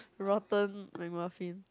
rotten my muffin